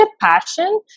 passion